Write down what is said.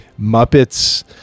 Muppets